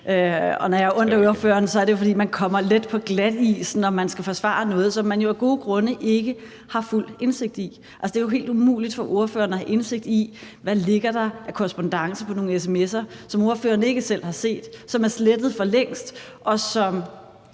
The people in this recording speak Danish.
og når jeg har ondt af ordføreren, er det, fordi man let kommer på glatis, når man skal forsvare noget, som man jo af gode grunde ikke har fuld indsigt i. Det er jo helt umuligt for ordføreren at have indsigt i, hvad der ligger af korrespondance på nogle sms'er, som ordføreren ikke selv har set, som er slettet for længst, og som